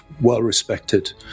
well-respected